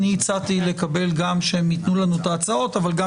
אני הצעתי שגם ייתנו לנו את ההצעות וגם